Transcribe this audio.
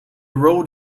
road